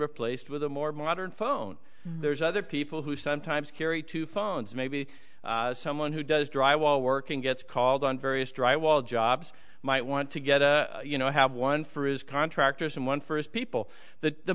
replaced with a more modern phone there's other people who sometimes carry two phones maybe someone who does drywall work in gets called on various dry wall jobs might want to get you know have one for his contractors and one first people that the